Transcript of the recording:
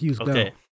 Okay